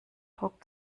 druck